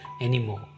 anymore